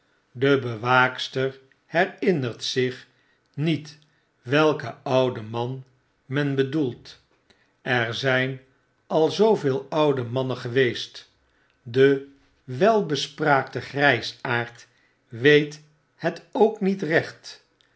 de bewaakster herinnert zich niet welken ouden man men bedoelt er zyn al zooveel oude mannen geweest de welbespraaktegrysaard weet het ook niet recht